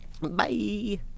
bye